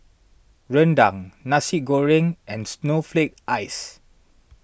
Rendang Nasi Goreng and Snowflake Ice